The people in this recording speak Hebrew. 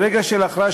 ברגע של הכרעה,